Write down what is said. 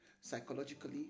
Psychologically